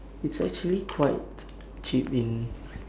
it's actually quite cheap in